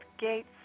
gates